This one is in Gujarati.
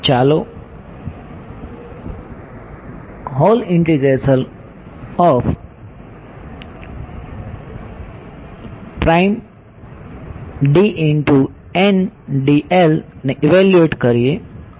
ચાલો ને ઇવેલ્યુએટ કરીએ